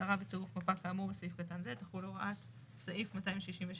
הצהרה וצירוף מפה כאמור בסעיף קטן זה תחול הוראת סעיף 266ג3(ב)(6).